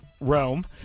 Rome